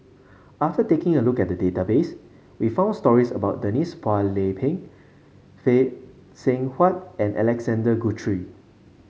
after taking a look at the database we found stories about Denise Phua Lay Peng Phay Seng Whatt and Alexander Guthrie